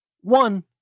One